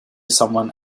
someone